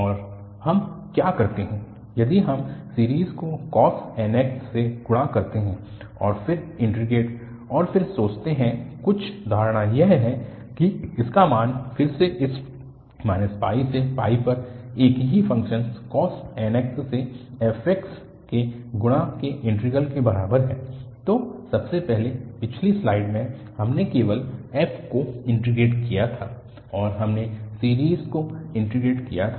आगे हम क्या करते हैं यदि हम सीरीज़ को cos nx से गुणा करते हैं और फिर इन्टीग्रेट और फिर सोचते हैं कुछ धारणा यह है कि इसका मान फिर से इस से पर एक ही फ़ंक्शन cos nx से f x के गुणा के इंटीग्रल के बराबर है तो सबसे पहले पिछली स्लाइड में हमने केवल f को इन्टीग्रेट किया था और हमने सीरीज़ को इन्टीग्रेट किया था